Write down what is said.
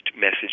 message